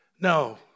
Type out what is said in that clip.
No